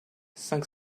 cinq